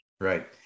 Right